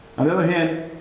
on the other hand,